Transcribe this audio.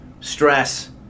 stress